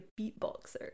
beatboxer